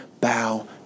bow